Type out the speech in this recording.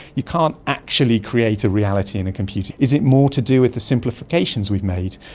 you can't actually create a reality in a computer. is it more to do with the simplifications we've made?